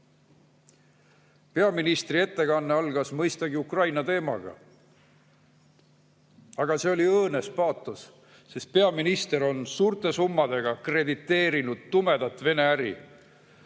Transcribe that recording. astuda. Peaministri ettekanne algas mõistagi Ukraina teemaga. Aga see oli õõnes paatos, sest peaminister on suurte summadega krediteerinud tumedat Vene äri.